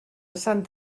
sant